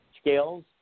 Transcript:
scales